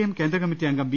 M കേന്ദ്ര കമ്മിറ്റി അംഗം വി